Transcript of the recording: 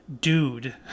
dude